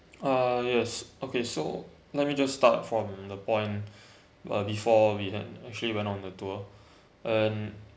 uh yes okay so let me just start from the point uh before we had actually went on the tour and